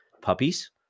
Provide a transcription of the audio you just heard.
puppies